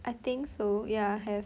I think so ya have